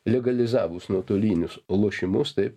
legalizavus nuotolinius lošimus taip